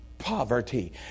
Poverty